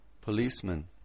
Policeman